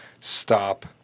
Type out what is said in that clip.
stop